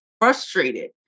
frustrated